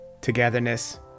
togetherness